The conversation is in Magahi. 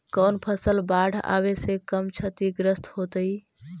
कौन फसल बाढ़ आवे से कम छतिग्रस्त होतइ?